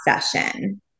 session